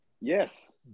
Yes